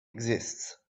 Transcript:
exists